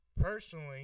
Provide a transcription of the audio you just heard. Personally